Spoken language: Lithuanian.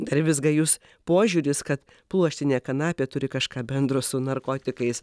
dar vis gajus požiūris kad pluoštinė kanapė turi kažką bendro su narkotikais